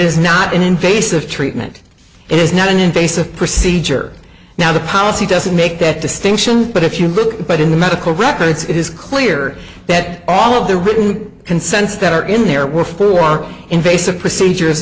is not an invasive treatment it is not an invasive procedure now the policy doesn't make that distinction but if you look but in the medical records it is clear that all of the written consents that are in there were for invasive procedures